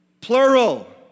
Plural